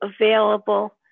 available